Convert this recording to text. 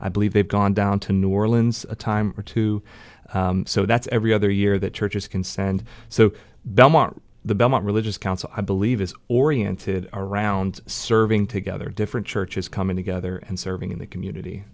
i believe they've gone down to new orleans a time or two so that's every other year that church is concerned so belmont the belmont religious council i believe is oriented around serving together different churches coming together and serving in the community